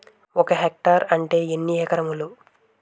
ఒక హెక్టార్ అంటే ఎన్ని ఏకరములు?